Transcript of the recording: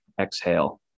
Exhale